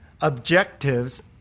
objectives